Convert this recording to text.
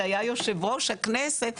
שהיה יושב ראש הכנסת,